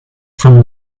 from